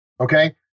Okay